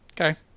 okay